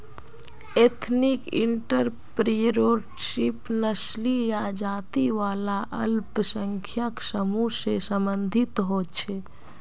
ethnic entrepreneurship नस्ली या जाती वाला अल्पसंख्यक समूह से सम्बंधित होछे